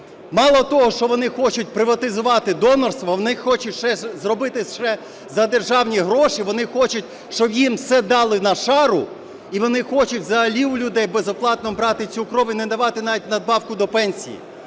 Мало того, що вони хочуть приватизувати донорство, вони хочуть зробити ще за державні гроші, вони хочуть, щоб їм все дали на шару, і вони хочуть взагалі у людей безоплатно брати цю кров і не давати навіть надбавку до пенсії.